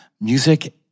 Music